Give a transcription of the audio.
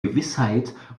gewissheit